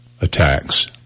attacks